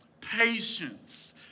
patience